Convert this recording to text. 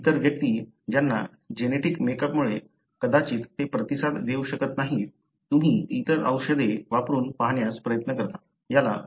इतर व्यक्ती ज्यांना जेनेटिक मेकअपमुळे कदाचित ते प्रतिसाद देऊ शकत नाहीत तुम्ही इतर औषधे वापरून पाहण्यास प्रयत्न करता